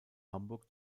hamburg